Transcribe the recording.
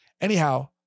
Anyhow